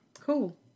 Cool